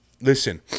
listen